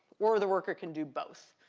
or the worker can do both.